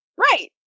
right